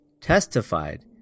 testified